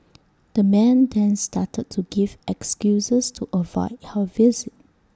the man then started to give excuses to avoid her visit